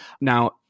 Now